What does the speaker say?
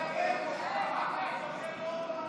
תודה רבה, חבר הכנסת